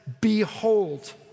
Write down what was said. behold